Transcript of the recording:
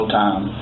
time